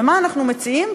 ומה אנחנו מציעים,